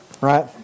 Right